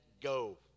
go